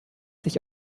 sich